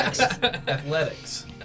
Athletics